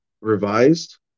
revised